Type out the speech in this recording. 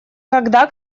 когда